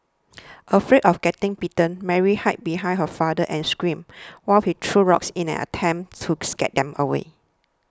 afraid of getting bitten Mary hid behind her father and screamed while he threw rocks in an attempt to scare them away